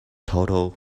total